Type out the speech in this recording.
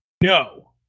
No